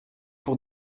pour